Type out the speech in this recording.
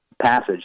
passage